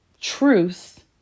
truth